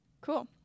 cool